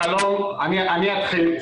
שלום, אני אתחיל.